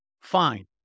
Fine